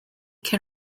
can